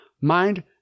Mind